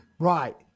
Right